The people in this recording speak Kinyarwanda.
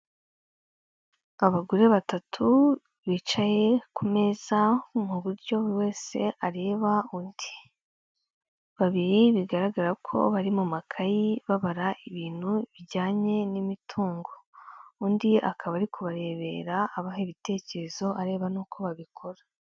Abagore batatu bicaye ku meza mu buryo buri wese areba undi, babiri bigaragara ko bari mu makayi babara ibintu bijyanye n'imitungo, undi akaba ari kubarebera abaha ibitekerezo areba n'uko babikora.